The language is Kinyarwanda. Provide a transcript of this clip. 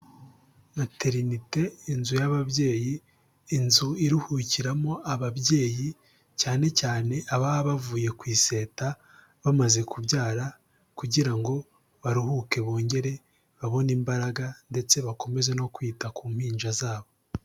Materinete, inzu y'ababyeyi, inzu iruhukiramo ababyeyi cyane cyane ababa bavuye ku iseta, bamaze kubyara, kugira ngo baruhuke bongere babone imbaraga, ndetse bakomeze no kwita ku mpinja zabo.